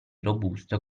robusto